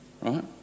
right